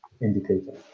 indicator